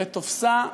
לתפשה,